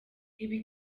ibi